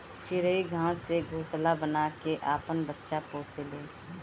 चिरई घास से घोंसला बना के आपन बच्चा पोसे ले